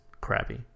crappy